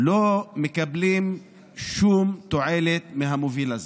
לא מקבלים שום תועלת מהמוביל הזה.